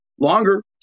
Longer